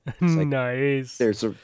Nice